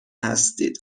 هستید